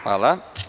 Hvala.